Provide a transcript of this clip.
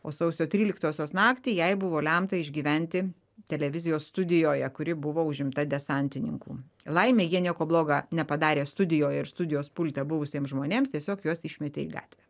o sausio tryliktosios naktį jai buvo lemta išgyventi televizijos studijoje kuri buvo užimta desantininkų laimei jie nieko bloga nepadarė studijoje ir studijos pulte buvusiems žmonėms tiesiog juos išmetė į gatvę